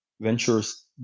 ventures